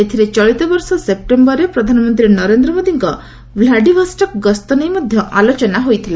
ଏଥିରେ ଚଳିତବର୍ଷ ସେପ୍ଟେମ୍ବରରେ ପ୍ରଧାନମନ୍ତ୍ରୀ ନରେନ୍ଦ୍ର ମୋଦିଙ୍କ ଭ୍ଲାଡିଭଷକ୍ ଗସ୍ତ ନେଇ ମଧ୍ୟ ଆଲୋଚନା ହୋଇଥିଲା